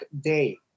Day